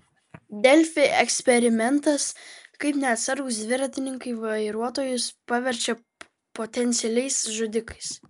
delfi eksperimentas kaip neatsargūs dviratininkai vairuotojus paverčia potencialiais žudikais